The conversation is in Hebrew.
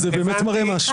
זה באמת מראה משהו.